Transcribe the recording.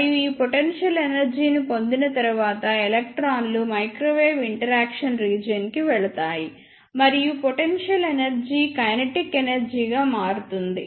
మరియు ఈ potential energy ని పొందిన తరువాత ఎలక్ట్రాన్లు మైక్రోవేవ్ ఇంటరాక్షన్ రీజియన్ కి వెళతాయి మరియు పొటెన్షియల్ ఎనర్జీ కైనెటిక్ ఎనర్జీ గా మారుతుంది